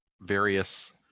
various